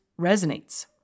resonates